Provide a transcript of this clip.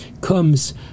comes